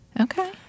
okay